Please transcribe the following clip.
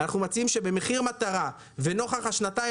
אנחנו מציעים שבמחיר מטרה ונוכח השנתיים